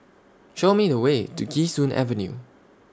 Show Me The Way to Kee Sun Avenue